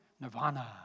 nirvana